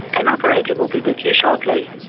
an operator will be with you shortly.